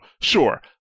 Sure